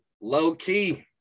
Low-key